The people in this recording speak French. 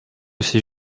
ces